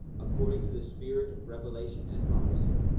according to the spirit of revelation and prophecy.